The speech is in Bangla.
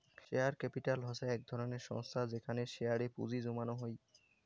শেয়ার ক্যাপিটাল হসে এক ধরণের সংস্থা যেইখানে শেয়ার এ পুঁজি জমানো হই